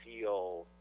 feel